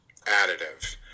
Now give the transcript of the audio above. additive